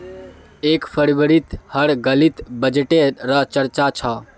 एक फरवरीत हर गलीत बजटे र चर्चा छ